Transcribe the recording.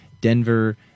Denver